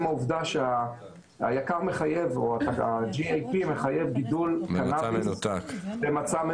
העובדה שה-GMP מחייב גידול קנאביס במצב מנותק.